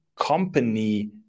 company